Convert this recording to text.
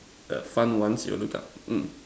the fun ones you'll look up mm